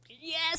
Yes